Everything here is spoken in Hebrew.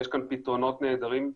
יש כאן פתרונות נהדרים,